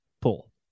pull